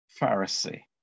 Pharisee